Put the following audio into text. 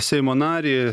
seimo narį